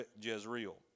Jezreel